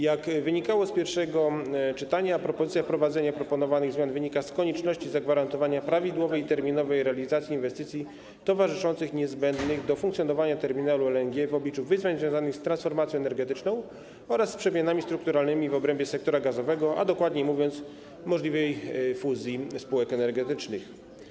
Jak wynikało z pierwszego czytania, propozycja wprowadzenia proponowanych zmian wynika z konieczności zagwarantowania prawidłowej i terminowej realizacji inwestycji towarzyszących niezbędnych do funkcjonowania terminalu LNG w obliczu wyzwań związanych z transformacją energetyczną oraz z przemianami strukturalnymi w obrębie sektora gazowego, a dokładniej mówiąc, możliwych fuzji spółek energetycznych.